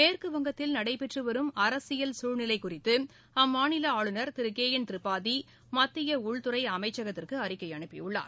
மேற்குவங்கத்தில் நடைபெற்று வரும் அரசியல் சூழ்நிலை குறித்து அம்மாநில ஆளுநர் திரு கே என் திரிபாதி மத்திய உள்துறை அமைச்சகத்திற்கு அறிக்கை அனுப்பியுள்ளார்